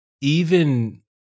even-